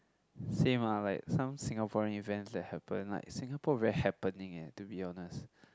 same ah like some Singaporean events that happened like Singapore very happening eh to be honest